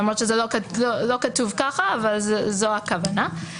למרות שלא כתוב ככה אבל זו הכוונה.